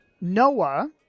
Noah